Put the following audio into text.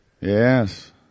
Yes